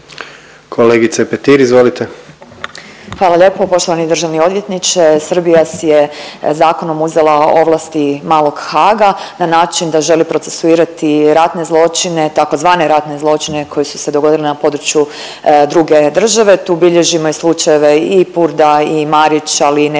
Marijana (Nezavisni)** Hvala lijepo. Poštovani državni odvjetniče, Srbija si je zakonom uzela ovlasti malog Haga na način da želi procesuirati ratne zločine, tzv. ratne zločine koji su se dogodili na području druge države. Tu bilježimo i slučajeve i Purda i Marića ali i nedavne